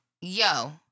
yo